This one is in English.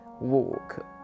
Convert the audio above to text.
walk